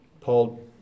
Paul